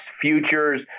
futures